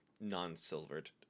non-silvered